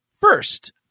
first